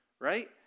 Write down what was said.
right